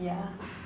yeah